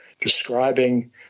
describing